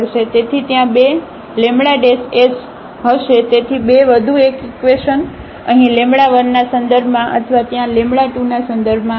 તેથી ત્યાં બે s હશે તેથી બે વધુ એક ઇકવેશન અહીં 1 ના સંદર્ભમાં અથવા ત્યાં 2 ના સંદર્ભમાં આવશે